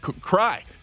Cry